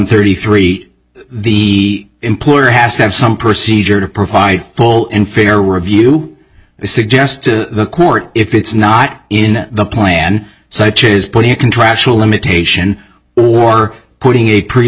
thirty three the employer has to have some procedure to provide full and fair review suggests to court if it's not in the plan such as putting a contractual limitation or putting a pre